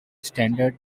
standard